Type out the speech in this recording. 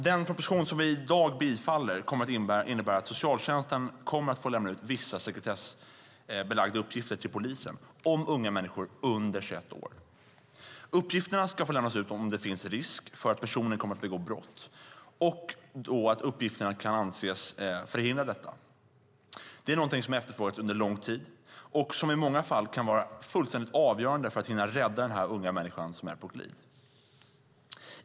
Den proposition som vi i dag bifaller kommer att innebära att socialtjänsten kommer att få lämna ut vissa sekretessbelagda uppgifter om unga människor under 21 år till polisen. Uppgifterna ska få lämnas ut om det finns risk för att personen kommer att begå brott och om uppgifterna kan anses förhindra detta. Det är någonting som har efterfrågats under lång tid och som i många fall kan vara fullständigt avgörande för att hinna rädda den unga människa som är på glid.